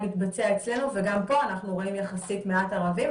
מתבצע אצלנו וגם פה אנחנו רואים יחסית מעט ערבים.